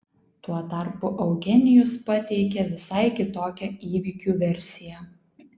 tuo tarpu eugenijus pateikė visai kitokią įvykių versiją